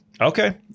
Okay